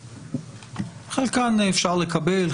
חלקן אפשר לקבל,